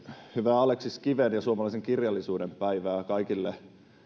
hyvää aleksis kiven ja suomalaisen kirjallisuuden päivää kaikille